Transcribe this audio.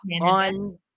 on